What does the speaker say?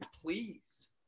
please